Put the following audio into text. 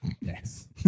Yes